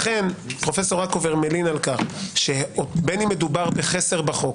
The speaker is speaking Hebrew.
פרופ' רקובר מלין על כך, בין אם מדובר על חסר בחוק